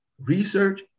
research